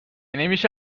نمیشه